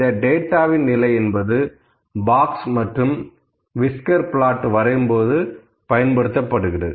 இந்த டேட்டாவின் நிலை என்பது பாக்ஸ் மற்றும் விஸ்கர் பிளாட் வரையும்போது பயன்படுத்தப்படுகிறது